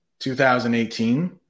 2018